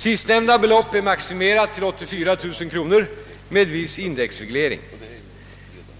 Sistnämnda belopp är maximerat till 84 000 kronor med viss indexreglering.